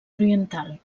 oriental